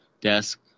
desk